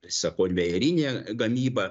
visa konvejerinė gamyba